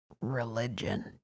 Religion